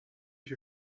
się